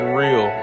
real